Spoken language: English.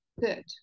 good